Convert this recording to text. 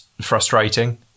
frustrating